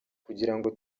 kugirango